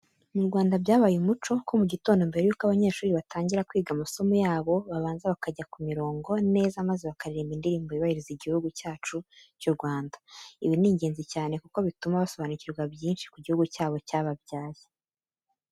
Mu Rwanda byabaye umuco ko mu gitondo mbere yuko abanyeshuri batangira kwiga masomo yabo, babanza bakajya ku mirongo neza maze bakaririmba Indirimbo yubahiriza Igihugu cyacu cy'u Rwanda. Ibi ni ingenzi cyane kuko bituma basobanukirwa byinshi ku gihugu cyabo cyababyaye.